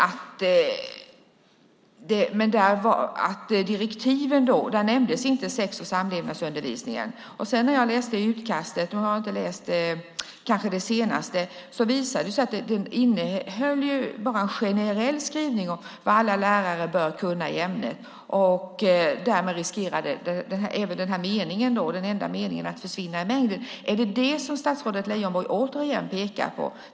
I direktiven nämndes inte sex och samlevnadsundervisningen. När jag läste utkastet - jag har kanske inte läst det senaste - visade det sig att det bara innehöll en generell skrivning om vad alla lärare bör kunna i ämnet. Därmed riskerar den enda meningen att försvinna i mängden. Är det den meningen som statsrådet Leijonborg återigen pekar på?